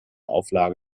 auflage